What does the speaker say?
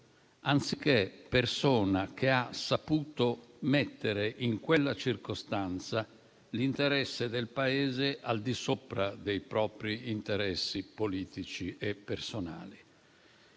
anziché persona che ha saputo mettere in quella circostanza l'interesse del Paese al di sopra dei propri interessi politici e personali.